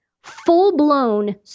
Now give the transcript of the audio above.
full-blown